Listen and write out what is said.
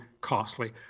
costly